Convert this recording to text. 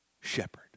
shepherd